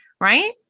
right